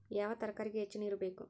ಯಾವ ತರಕಾರಿಗೆ ಹೆಚ್ಚು ನೇರು ಬೇಕು?